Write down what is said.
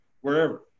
wherever